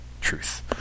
Truth